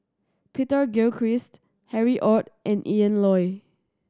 Peter Gilchrist Harry Ord and Ian Loy